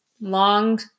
long